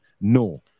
no